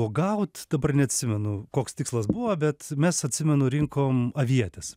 uogaut dabar neatsimenu koks tikslas buvo bet mes atsimenu rinkom avietes